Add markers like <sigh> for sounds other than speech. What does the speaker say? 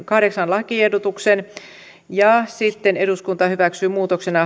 kahdeksannen lakiehdotuksen ja sitten eduskunta hyväksyy muutoksena <unintelligible>